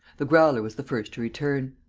the growler was the first to return.